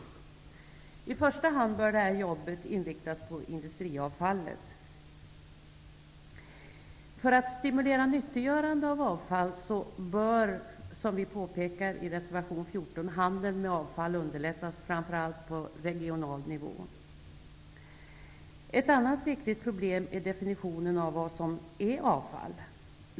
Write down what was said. I första hand bör arbetet inriktas på industriavfallet. För att stimulera nyttiggörande av avfall bör, som vi påpekar i reservation 14, handeln med avfall underlättas framför allt på regional nivå. Ett annat viktigt problem är definitionen av vad som är avfall.